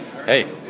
Hey